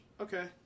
Okay